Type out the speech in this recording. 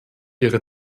ihre